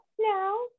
No